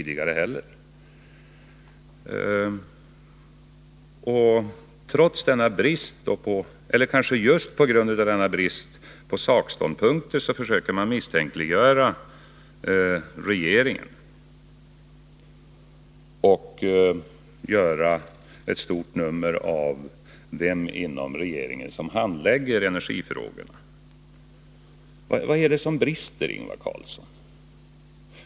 Det måste vara denna brist på sakståndpunkter som är orsaken till att man försöker misstänkliggöra regeringen och göra ett stort nummer av frågan om vem inom regeringen som handlägger energifrågorna. Vad är det som brister, Ingvar Carlsson?